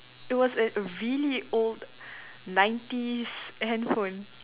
it was a really old nineties handphone